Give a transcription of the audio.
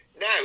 Now